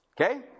Okay